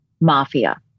mafia